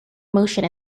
motion